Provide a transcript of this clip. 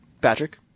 Patrick